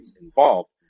involved